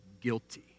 guilty